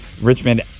Richmond